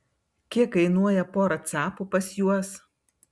kiek kainuoja pora capų pas juos